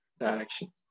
direction